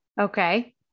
Okay